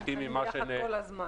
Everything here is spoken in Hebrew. אנשים שנמצאים ביחד כל הזמן.